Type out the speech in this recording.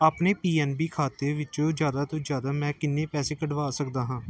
ਆਪਣੇ P N B ਖਾਤੇ ਵਿੱਚੋਂ ਜ਼ਿਆਦਾ ਤੋਂ ਜ਼ਿਆਦਾ ਮੈਂ ਕਿੰਨੇ ਪੈਸੇ ਕੱਢਵਾ ਸਕਦਾ ਹਾਂ